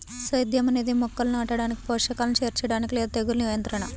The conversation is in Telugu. సేద్యం అనేది మొక్కలను నాటడానికి, పోషకాలను చేర్చడానికి లేదా తెగులు నియంత్రణ